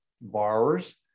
borrowers